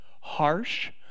harsh